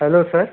hello sir